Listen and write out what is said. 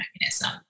mechanism